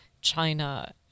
China